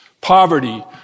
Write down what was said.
poverty